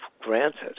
granted